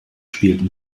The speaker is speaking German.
spielten